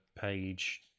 page